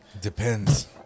Depends